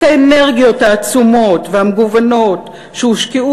את האנרגיות העצומות והמגוונות שהושקעו